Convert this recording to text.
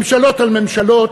ממשלות על ממשלות,